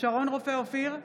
שרון רופא אופיר,